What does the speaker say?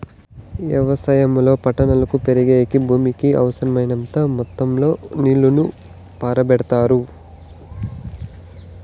వ్యవసాయంలో పంటలు పెరిగేకి భూమికి అవసరమైనంత మొత్తం లో నీళ్ళను పారబెడతారు